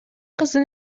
кыздын